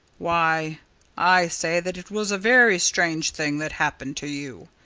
why i say that it was a very strange thing that happened to you.